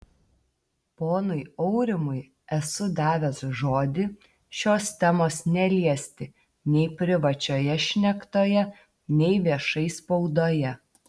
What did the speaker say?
ponui aurimui esu davęs žodį šios temos neliesti nei privačioje šnektoje nei viešai spaudoje